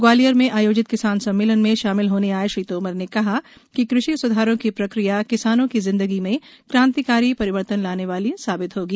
ग्वालियर में आयोजित किसान सम्मेलन में शामिल होने आए श्री तोमर ने कहा कि कृषि स्धारों की प्रक्रिया किसानों की जिंदगी में क्रांतिकारी परिवर्तन लाने वाली साबित होगी